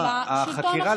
החקירה,